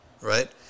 right